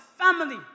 family